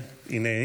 בנושא: